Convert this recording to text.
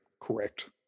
correct